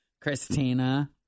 Christina